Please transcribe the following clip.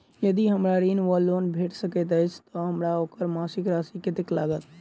यदि हमरा ऋण वा लोन भेट सकैत अछि तऽ हमरा ओकर मासिक राशि कत्तेक लागत?